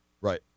Right